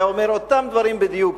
היה אומר אותם דברים בדיוק,